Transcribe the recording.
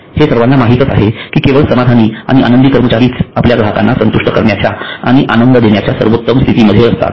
हे सर्वाना माहीतच आहे की केवळ समाधानी आणि आनंदी कर्मचारीच आपल्या ग्राहकांना संतुष्ट करण्याच्या आणि आनंद देण्याच्या सर्वोत्तम स्थिती मध्ये असतात